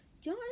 John